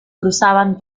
cruzaban